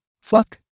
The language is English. Fuck